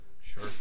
Sure